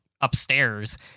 upstairs